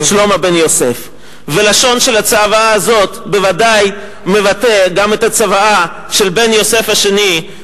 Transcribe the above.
לשון הצוואה הזאת בוודאי מבטאת גם את הצוואה של בן יוסף השני,